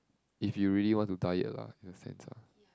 if you really want to diet lah in a sense ah